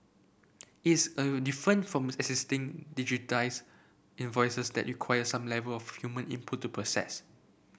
is different from existing digitised invoices that require some level of human input to process